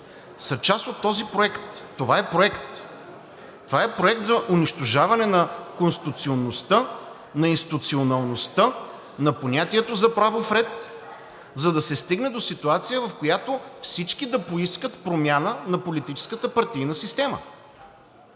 са част от този проект, това е проект. Това е проект за унищожаване на конституционността, на институционалността, на понятието за правов ред, за да се стигне до ситуация, в която всички да поискат промяна на политическата партийна система.